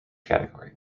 category